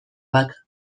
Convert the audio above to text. bat